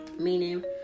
Meaning